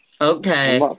Okay